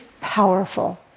powerful